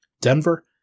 Denver